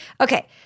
Okay